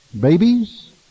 babies